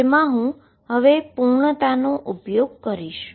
જેમા હવે હું સંપૂર્ણતાનો ઉપયોગ કરીશ